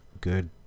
good